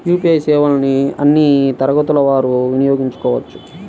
UPI సేవలని అన్నీ తరగతుల వారు వినయోగించుకోవచ్చా?